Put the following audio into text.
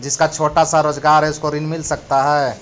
जिसका छोटा सा रोजगार है उसको ऋण मिल सकता है?